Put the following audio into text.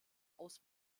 aus